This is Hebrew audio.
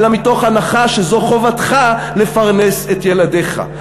אלא מתוך הנחה שזו חובתך לפרנס את ילדיך.